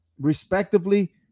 respectively